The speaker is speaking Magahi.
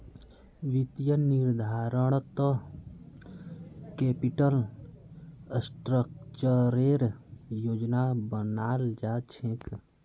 वित्तीय निर्धारणत कैपिटल स्ट्रक्चरेर योजना बनाल जा छेक